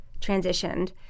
transitioned